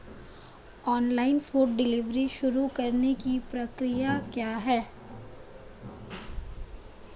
Online food delivery शुरू करने की प्रक्रिया क्या है?